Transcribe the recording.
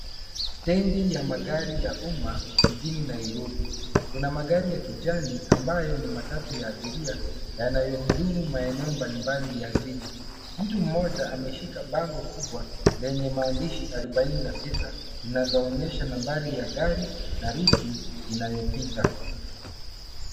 Stendi ya magari ya umma jijini Nairobi. Kuna magari ya kijani ambayo ni matatu ya abiria yanayuhudumu maneneo mbalimbali ya jiji. Mtu mmoja ameshika bango kubwa lenye maandishi arubaini na sita linaloonesha nambari ya gari na ruti inayopita.